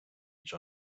each